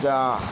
जा